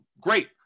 Great